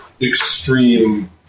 extreme